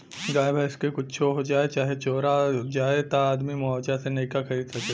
गाय भैंस क कुच्छो हो जाए चाहे चोरा जाए त आदमी मुआवजा से नइका खरीद सकेला